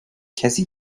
کسی